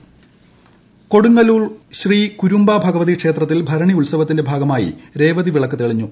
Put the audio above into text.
കൊടുങ്ങല്ലൂർ ക്ഷേത്രം കൊടുങ്ങല്ലൂർ ശ്രീ കുരുംബ ഭഗവതി ക്ഷേത്രത്തിൽ ഭരണി ഉത്സവത്തിന്റെ ഭാഗമായി രേവതി വിളക്ക് തെളിഞ്ഞു